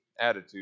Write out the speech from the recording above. attitude